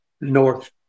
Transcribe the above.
North